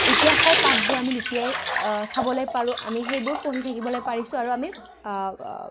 ইতিহাসৰ পাঠবোৰ আমি লুটিয়াই চাবলৈ পাৰোঁ আমি সেইবোৰ পঢ়ি থাকিবলৈ পাৰিছোঁ আৰু আমি